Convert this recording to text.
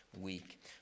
week